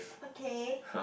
okay